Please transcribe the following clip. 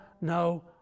no